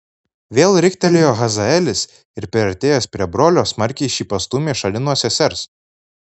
vėl riktelėjo hazaelis ir priartėjęs prie brolio smarkiai šį pastūmė šalin nuo sesers